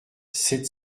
sept